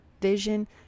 vision